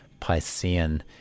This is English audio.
piscean